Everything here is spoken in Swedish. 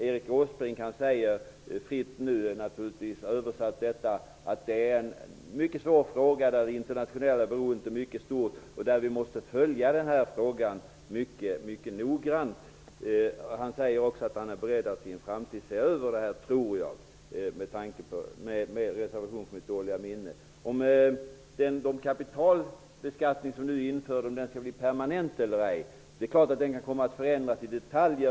Fritt tolkat sade Erik Åsbrink: Det är en mycket svår fråga. Det internationella beroendet är mycket stort och frågan måste följas mycket noggrant. Han sade också att han var beredd att i en framtid se över detta -- tror jag med reservation för mitt dåliga minne. På frågan om huruvida den kapitalbeskattning som nu införs skall bli permanent eller ej vill jag säga att den självfallet kan komma att ändras i detalj.